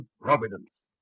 Providence